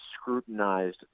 scrutinized